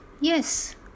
Yes